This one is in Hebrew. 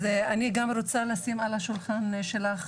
אני רוצה לשים על השולחן שלך,